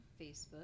facebook